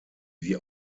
wie